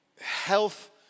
health